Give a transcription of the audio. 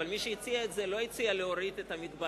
אבל מי שהציע את זה לא הציע להוריד את המגבלה,